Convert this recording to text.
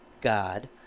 God